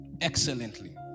excellently